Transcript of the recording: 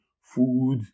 food